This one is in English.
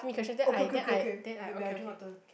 okay okay okay okay wait wait I drink water